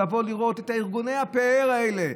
לבוא לראות את ארגוני הפאר האלה.